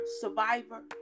survivor